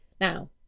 Now